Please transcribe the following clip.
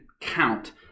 count